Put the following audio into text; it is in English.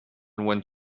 went